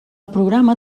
programa